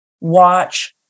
watch